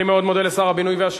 אני מאוד מודה לשר השיכון.